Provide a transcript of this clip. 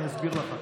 אני אסביר לך הכול.